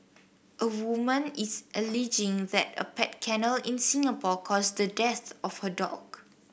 a woman is alleging that a pet kennel in Singapore caused the death of her dog